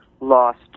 lost